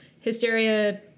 hysteria